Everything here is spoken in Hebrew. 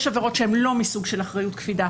יש עבירות שהן לא מסוג של אחריות קפידה